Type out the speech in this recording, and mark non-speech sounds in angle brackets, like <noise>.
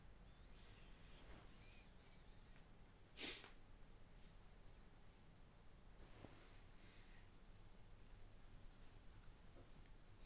<noise>